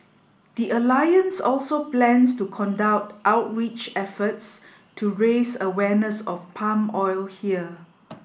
the alliance also plans to conduct outreach efforts to raise awareness of palm oil here